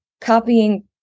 copying